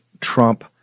Trump